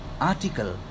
article